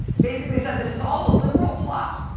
basically said this is all a liberal plot.